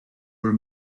were